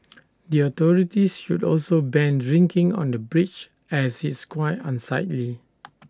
the authorities should also ban drinking on the bridge as it's quite unsightly